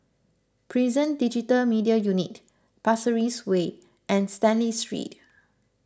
Prison Digital Media Unit Pasir Ris Way and Stanley Street